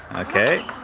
okay,